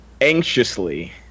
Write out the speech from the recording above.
anxiously